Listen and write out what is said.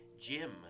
Jim